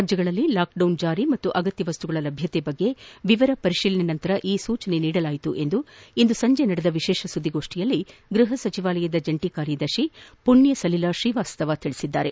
ರಾಜ್ಯಗಳಲ್ಲಿ ಲಾಕ್ಡೌನ್ ಜಾರಿ ಮತ್ತು ಅಗತ್ಯ ವಸ್ತುಗಳ ಲಭ್ಯತೆ ಕುರಿತಂತೆ ವಿವರ ಪರಿಶೀಲನೆಯ ನಂತರ ಈ ಸೂಚನೆ ನೀಡಲಾಗಿದೆ ಎಂದು ಇಂದು ಸಂಜೆ ನಡೆದ ವಿಶೇಷ ಸುದ್ದಿಗೋಷ್ಠಿಯಲ್ಲಿ ಗೃಪ ಸಚಿವಾಲಯದ ಜಂಟಿ ಕಾರ್ಯದರ್ಶಿ ಮಣ್ಯ ಸಲಿಲ ಶ್ರೀವಾತ್ಸವ ತಿಳಿಸಿದ್ದಾರೆ